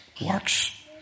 Works